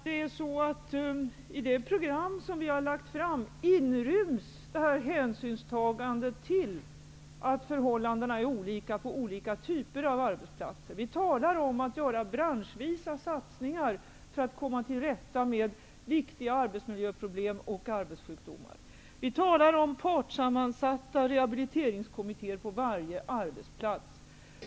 Herr talman! I det program som vi har lagt fram inryms det här hänsynstagandet till att förhållandena är olika på olika typer av arbetsplatser. Vi talar om att göra branschvisa satsingar för att komma till rätta med viktiga arbetsmiljöproblem och arbetssjukdomar. Vi talar om partssammansatta rehabiliteringskommittéer på varje arbetsplats.